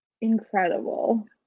incredible